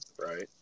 right